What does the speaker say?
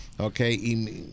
Okay